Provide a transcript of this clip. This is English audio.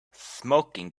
smoking